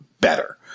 better